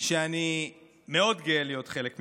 שאני מאוד גאה להיות חלק ממנו,